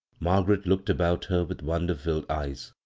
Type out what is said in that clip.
margaret looked about her with wonder filled eyes.